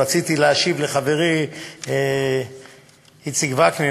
רציתי להשיב לחברי איציק וקנין,